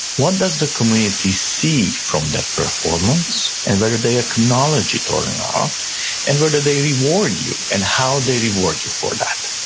what does the community see from that performance, and whether they acknowledge it or not, and whether they reward you and how they reward you for that.